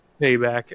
Payback